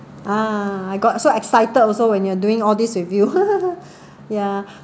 ah I got so excited also when we are doing all this with you ya